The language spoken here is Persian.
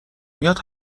میاد